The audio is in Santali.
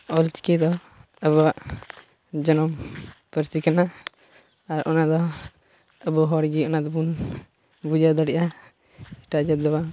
ᱚᱞᱪᱤᱠᱤ ᱫᱚ ᱟᱵᱚᱣᱟᱜ ᱡᱟᱱᱟᱢ ᱯᱟᱹᱨᱥᱤ ᱠᱟᱱᱟ ᱟᱨ ᱚᱱᱟ ᱫᱚ ᱟᱵᱚ ᱦᱚᱲᱜᱮ ᱚᱱᱟ ᱫᱚᱵᱚᱱ ᱵᱩᱡᱷᱟᱹᱣ ᱫᱟᱲᱮᱭᱟᱜᱼᱟ ᱮᱴᱟᱜ ᱡᱟᱹᱛ ᱫᱚ ᱵᱟᱝ